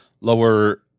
lower